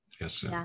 yes